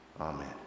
Amen